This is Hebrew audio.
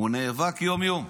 הוא נאבק יום-יום.